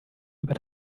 über